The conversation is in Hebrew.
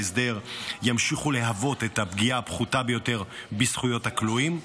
בהסדר ימשיכו להוות את הפגיעה הפחותה ביותר בזכויות הכלואים.